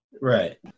right